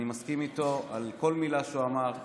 אני מסכים איתו בכל מילה שהוא אמר.